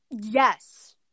Yes